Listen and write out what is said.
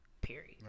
period